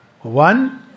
one